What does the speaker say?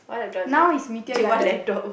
now is Meteor Garden